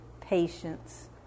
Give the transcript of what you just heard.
patience